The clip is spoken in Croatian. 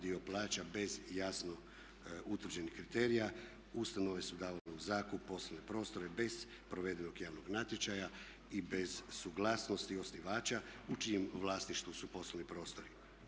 dio plaća bez jasno utvrđenih kriterija, ustanove su davale u zakup poslovne prostore bez provedenog javnog natječaja i bez suglasnosti osnivača u čijem vlasništvu su poslovni prostori.